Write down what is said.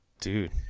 dude